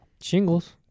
Shingles